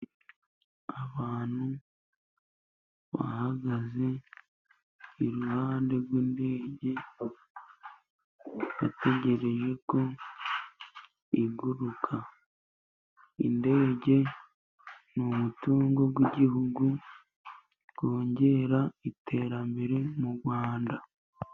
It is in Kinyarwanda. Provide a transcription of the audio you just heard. Abantu bahagaze iruhande rw'indege，bategereje ko iguruka. Indege ni umutungo w'igihugu wongera iterambere mu Rwanda.